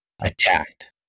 attacked